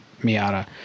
Miata